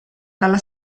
dalla